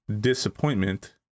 disappointment